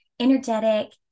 energetic